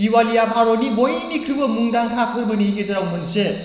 दिवालिआ भारतनि बयनिख्रुइबो मुंदांखा फोरबोनि गेजेराव मोनसे